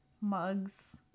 mugs